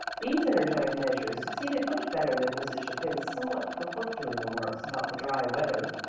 these energetic measures succeeded much better than mrs. chapin's somewhat perfunctory remarks about the dry weather,